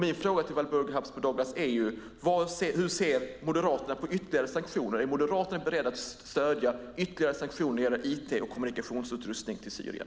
Min fråga till Walburga Habsburg Douglas är: Hur ser Moderaterna på ytterligare sanktioner? Är Moderaterna beredda att stödja ytterligare sanktioner när det gäller it och kommunikationsutrustning till Syrien?